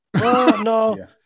No